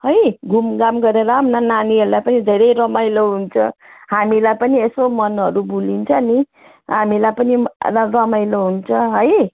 है घुमघाम गरेर आऊँ न नानीहरूलाई पनि धेरै रमाइलो हुन्छ हामीलाई पनि यसो मनहरू भुलिन्छ पनि हामीलाई पनि र रमाइलो हुन्छ है